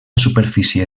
superfície